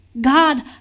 God